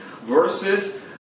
versus